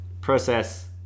process